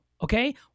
Okay